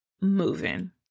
moving